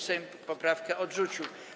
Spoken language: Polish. Sejm poprawkę odrzucił.